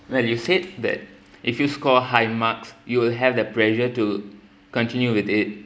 well you said that if you score high marks you will have that pressure to continue with it